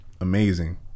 Amazing